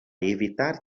evitar